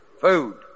Food